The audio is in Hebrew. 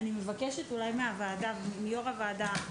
אני מבקשת מיו"ר הוועדה,